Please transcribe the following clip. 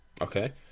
Okay